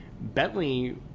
Bentley